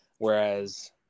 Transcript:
whereas